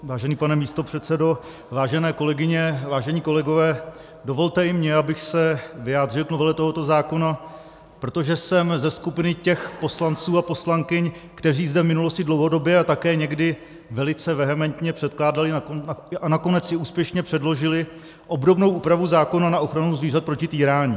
Vážený pane místopředsedo, vážené kolegyně, vážení kolegové, dovolte i mně, abych se vyjádřil k novele tohoto zákona, protože jsem ze skupiny těch poslanců a poslankyň, kteří zde v minulosti dlouhodobě a také někdy velice vehementně předkládali a nakonec i úspěšně předložili obdobnou úpravu zákona na ochranu zvířat proti týrání.